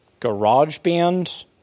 GarageBand